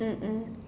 mm mm